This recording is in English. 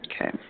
Okay